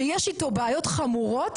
שיש איתו בעיות חמורות,